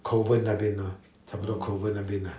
kovan 那边 lor 差不多 kovan 那边 lah